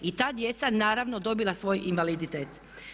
I ta djeca naravno dobila svoj invaliditet.